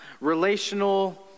relational